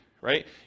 right